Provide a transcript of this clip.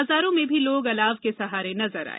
बाजारों में भी लोग अलाव के सहारे नजर आए